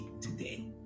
today